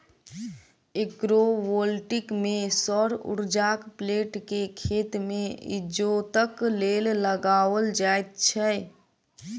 agrovoltaic मे सौर उर्जाक प्लेट के खेत मे इजोतक लेल लगाओल जाइत छै